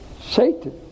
Satan